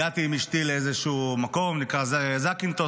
הגעתי עם אשתי לאיזשהו מקום שנקרא זקינטוס,